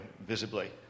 visibly